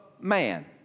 man